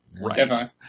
right